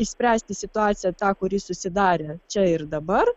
išspręsti situaciją tą kuri susidarė čia ir dabar